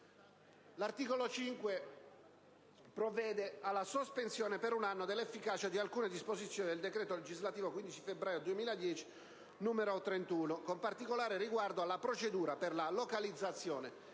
L'articolo 5 provvede alla sospensione per un anno dell'efficacia di alcune disposizioni del decreto legislativo 15 febbraio 2010, n. 31, con particolare riguardo alle procedura per la localizzazione